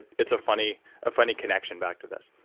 it's a funny ah funny connection back to this.